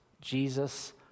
Jesus